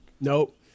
Nope